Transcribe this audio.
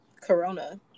Corona